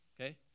Okay